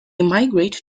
migrate